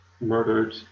murdered